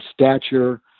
stature